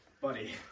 Buddy